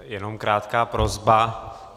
Jenom krátká prosba.